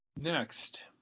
next